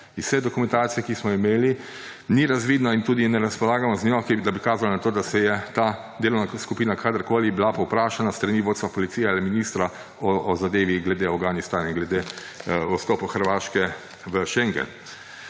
vse dokumentacije, ki smo jo imeli, ni razvidno in tudi ne razpolagamo z njo, da bi kazala na to, da je ta delovna skupina kadarkoli bila povprašana s strani vodstva policije ali ministra o zadevi glede Afganistana in glede vstopa Hrvaške v šengen.